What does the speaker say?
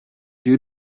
due